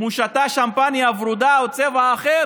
אם הוא שתה שמפניה ורודה או בצבע אחר,